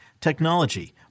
technology